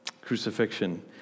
crucifixion